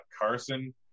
Carson